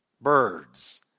birds